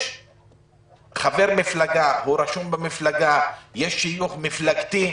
יש חבר מפלגה, הוא רשום במפלגה, יש שיוך מפלגתי.